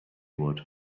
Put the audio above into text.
would